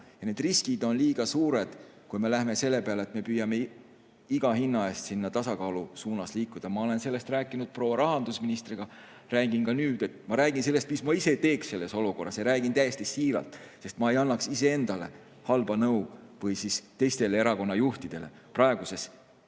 Aga riskid on liiga suured, kui me läheme selle peale, et me püüame iga hinna eest sinna tasakaalu suunas liikuda. Ma olen sellest rääkinud proua rahandusministriga, räägin ka nüüd, räägin sellest, mis ma ise teeks selles olukorras, ja räägin täiesti siiralt, sest ma ei annaks ise endale halba nõu või teistele erakonna juhtidele praeguses